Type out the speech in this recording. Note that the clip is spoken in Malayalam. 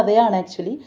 കഥയാണ് ആക്ച്യെലി